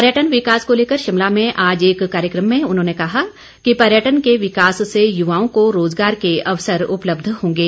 पर्यटन विकास को लेकर शिमला में आज एक कार्यक्रम में उन्होंने कहा कि पर्यटन के विकास से युवाओं को रोजगार के अवसर उपलब्ध होंगे